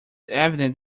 evident